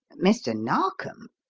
mr. narkom?